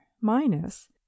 minus